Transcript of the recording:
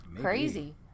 crazy